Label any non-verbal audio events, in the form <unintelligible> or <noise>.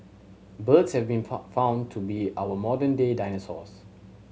birds have been <unintelligible> found to be our modern day dinosaurs